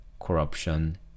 corruption